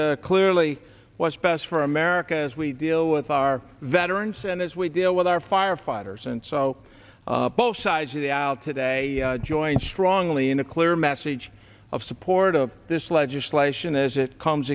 clearly what's best for america as we deal with our veterans and as we deal with our firefighters and so both sides of the out today join strongly in a clear message of support of this legislation as it comes